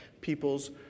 people's